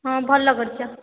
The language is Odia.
ହଁ ଭଲ କରିଛ